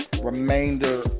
Remainder